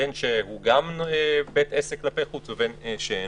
בין שהוא גם בית עסק כלפי חוץ ובין שאינו.